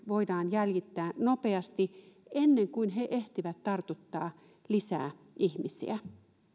voidaan jäljittää nopeasti ennen kuin he ehtivät tartuttaa lisää ihmisiä